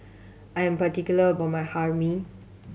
I'm particular about my Hae Mee